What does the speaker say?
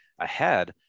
ahead